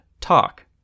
talk